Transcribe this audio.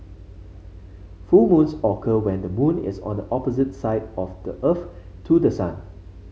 full moons occur when the moon is on the opposite side of the Earth to the sun